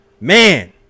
man